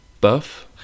Buff